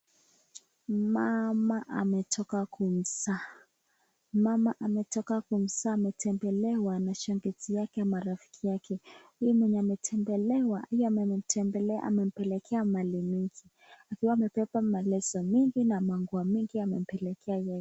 Mama ametoka kumzaa, ametembelewa na shangazi yake marafiki wake, huyu ametembelea ampelekea mali nyingi, akiwa amebeba maleso nyingi na manguo mingi amempelekea yeye.